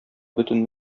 бөтен